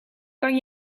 kan